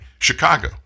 Chicago